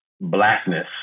blackness